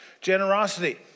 Generosity